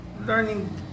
Learning